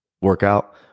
workout